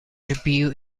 review